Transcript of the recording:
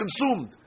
consumed